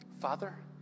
Father